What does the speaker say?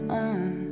on